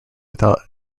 without